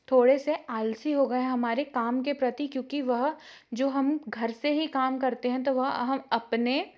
थोड़े से आलसी हो गए हैं हमारे काम के प्रति क्योंकि वह जो हम घर से काम करते हैं तो वह हम अपने